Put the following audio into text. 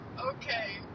Okay